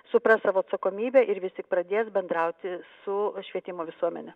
supras savo atsakomybę ir vis tik pradės bendrauti su švietimo visuomene